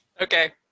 Okay